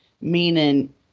Meaning